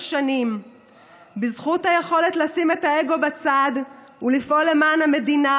שנים בזכות היכולת לשים את האגו בצד ולפעול למען המדינה.